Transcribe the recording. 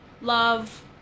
love